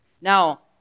Now